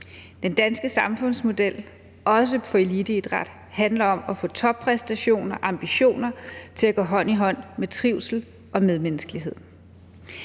Den danske samfundsmodel – også for eliteidræt – handler om at få toppræstationer og ambitioner til at gå hånd i hånd med trivsel og medmenneskelighed.